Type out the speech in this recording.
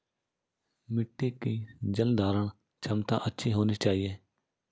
मिट्टी की जलधारण क्षमता अच्छी होनी चाहिए